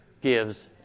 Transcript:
gives